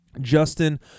justin